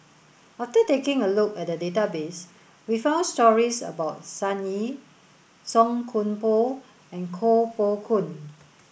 after taking a look at the database we found stories about Sun Yee Song Koon Poh and Koh Poh Koon